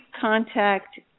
contact